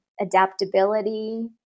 adaptability